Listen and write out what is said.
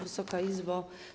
Wysoka Izbo!